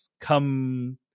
come